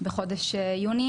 בחודש יוני,